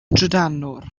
drydanwr